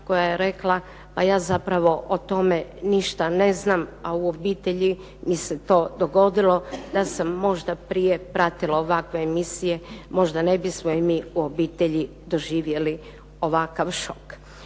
koja je rekla pa ja zapravo o tome ništa ne znam, a u obitelji mi se to dogodilo. Da sam možda prije pratila ovakve emisije možda ne bismo i mi u obitelji doživjeli ovakav šok.